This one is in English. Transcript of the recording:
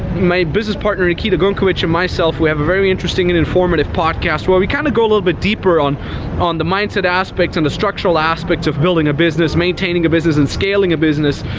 my business partner, nikita gunkewitsch, and myself, we have a very interesting and informative podcast, where we kind of go a little bit deeper on on the mindset aspects and the structural aspects of building a business, maintaining a business, and scaling a business.